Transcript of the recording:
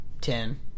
ten